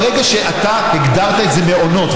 ברגע שאתה הגדרת את זה מעונות,